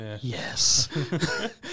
yes